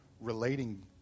relating